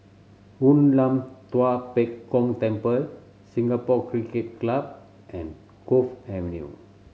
Hoon Lam Tua Pek Kong Temple Singapore Cricket Club and Cove Avenue